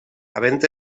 havent